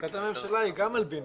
החלטת הממשלה היא גם על בינוי.